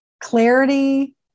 clarity